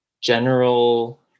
general